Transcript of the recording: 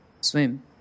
Swim